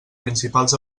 principals